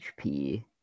HP